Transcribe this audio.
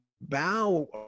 bow